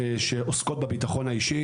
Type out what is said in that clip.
הסיירות עוסקות בביטחון האישי,